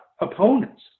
opponents